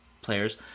players